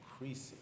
increasing